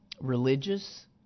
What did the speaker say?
religious